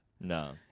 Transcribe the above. No